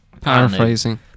Paraphrasing